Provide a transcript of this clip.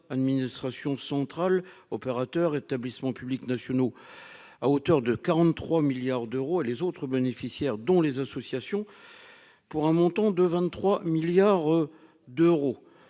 administration centrale : opérateurs, établissements publics nationaux à hauteur de 43 milliards d'euros et les autres bénéficiaires dont les associations pour un montant de vingt-trois milliards d'euros